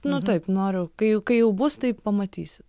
nu taip noriu kai jau kai jau bus tai pamatysit